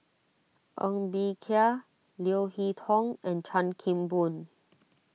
Ng Bee Kia Leo Hee Tong and Chan Kim Boon